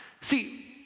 See